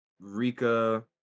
Rika